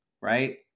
right